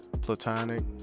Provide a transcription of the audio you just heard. platonic